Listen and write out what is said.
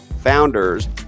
founders